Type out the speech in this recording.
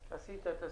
עשית את הסינון,